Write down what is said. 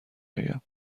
آیم